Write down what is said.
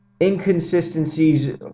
Inconsistencies